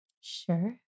Sure